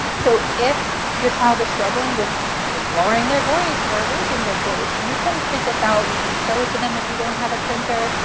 so if your child is struggling with lowering their voice or raising their voice you can print this out, you can show it to them if you don't have a printer.